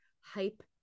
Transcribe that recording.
hype